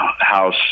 house